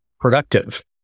productive